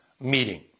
meeting